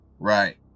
Right